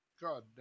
God